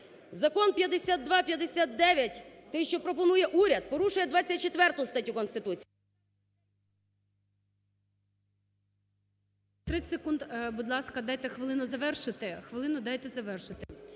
Закон 5259 – те, що пропонує уряд, порушує 24 статтю Конституції…